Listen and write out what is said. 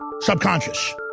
subconscious